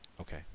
Okay